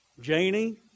Janie